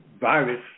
virus